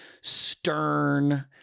stern